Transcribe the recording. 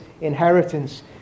inheritance